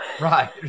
Right